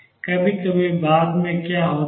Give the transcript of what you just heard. कभी कभी बाद में क्या होता है